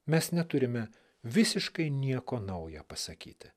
mes neturime visiškai nieko nauja pasakyti